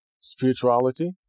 spirituality